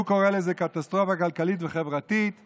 הוא קורא לזה קטסטרופה כלכלית וחברתית וכו',